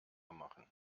machen